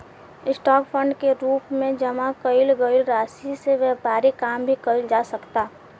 stock fund के रूप में जामा कईल गईल राशि से व्यापारिक काम भी कईल जा सकता